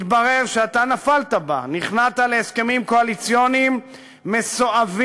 מתברר שאתה נפלת בה: נכנעת להסכמים קואליציוניים מסואבים,